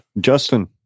Justin